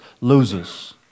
loses